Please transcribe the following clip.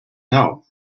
know